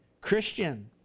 Christian